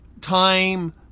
time